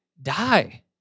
Die